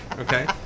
okay